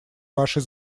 вашей